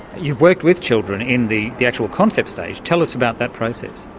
you've worked with children in the the actual concept stage. tell us about that process.